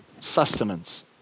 sustenance